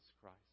Christ